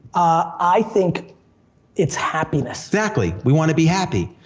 i think it's happiness. exactly, we want to be happy.